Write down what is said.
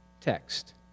text